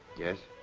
yes?